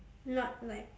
not like